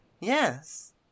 yes